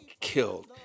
killed